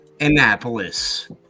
annapolis